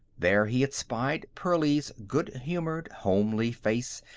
there he had spied pearlie's good-humored, homely face,